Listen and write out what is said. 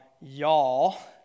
y'all